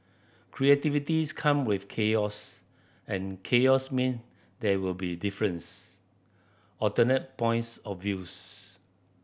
creativity come with chaos and chaos mean there will be difference alternate points of views